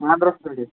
خانٛدرَس پیٚٹھٕے